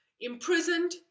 imprisoned